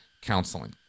counseling